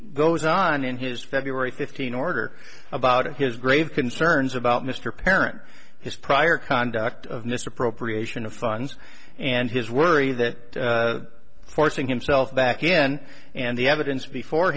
goes on in his february fifteen order about his grave concerns about mr parent his prior conduct of misappropriation of funds and his worry that forcing himself back again and the evidence before